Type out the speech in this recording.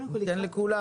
אני נותן לכולם.